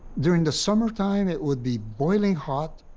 during the summertime, it would be boiling hot.